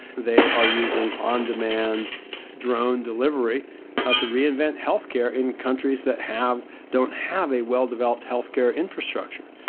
they are using on demand drone delivery to reinvent healthcare in countries that have don't have a well developed healthcare infrastructure?